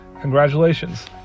Congratulations